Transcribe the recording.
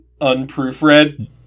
unproofread